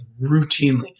routinely